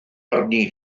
arni